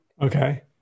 Okay